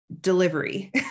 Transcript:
delivery